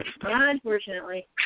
unfortunately